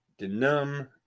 denum